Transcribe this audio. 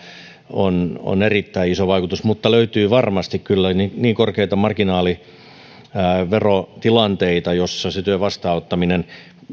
erittäin iso vaikutus mutta löytyy varmasti kyllä niin niin korkeita marginaaliverotilanteita joissa työn vastaanottaminen